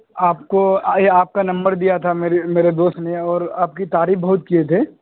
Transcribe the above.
آپ کو آپ کا نمبر دیا تھا میرے دوست نے اور آپ کی تعریف بہت کیے تھی